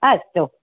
अस्तु